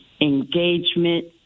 Engagement